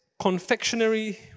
confectionery